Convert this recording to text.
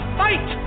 fight